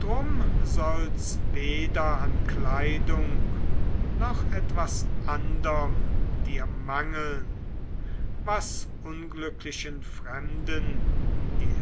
drum soll's weder an kleidung noch etwas anderm dir mangeln was unglücklichen fremden die